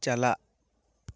ᱪᱟᱞᱟᱜ